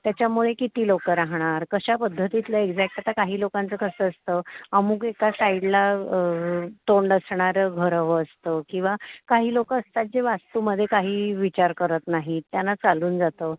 त्याच्यामुळे किती लोक राहणार कशा पद्धतीतलं एक्झॅक्ट आता काही लोकांचं कसं असतं अमूक एका साईडला तोंड असणारं घर हवं असतं किंवा काही लोक असतात जे वास्तूमध्ये काही विचार करत नाहीत त्यांना चालून जातं